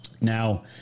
Now